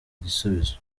igisubizo